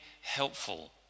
helpful